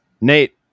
nate